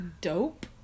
dope